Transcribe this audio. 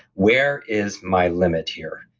where is my limit here?